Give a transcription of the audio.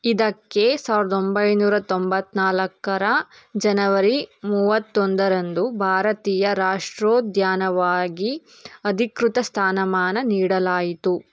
ಇದಕ್ಕೆ ಸಾವಿರ್ದೊಂಬೈನೂರ ತೊಂಬತ್ತ್ನಾಲ್ಕರ ಜನವರಿ ಮೂವತ್ತೊಂದರಂದು ಭಾರತೀಯ ರಾಷ್ಟ್ರೋದ್ಯಾನವಾಗಿ ಅಧಿಕೃತ ಸ್ಥಾನಮಾನ ನೀಡಲಾಯಿತು